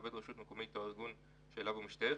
עובד רשות מקומית או הארגון שאליו הוא משתייך,